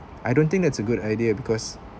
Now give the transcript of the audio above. I don't think that's a good idea because